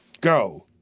Go